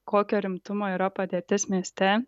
kokio rimtumo yra padėtis mieste